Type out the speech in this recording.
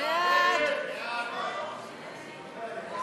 יש עתיד לסעיף 1 לא